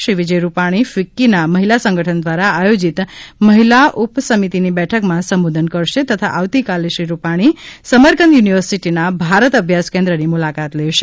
શ્રી વિજય રૂપાણી ફિકકીના મહિલા સંગઠન દ્વારા આયોજીત મહિલા ઉપ સમિતીની બેઠકમાં સંબોધન કરશે તથા આવતીકાલે શ્રી રૂપાણી સમરકંદ યુનિવર્સીટીના ભારત અભ્યાસ કેન્દ્રની મુલાકાત લેશે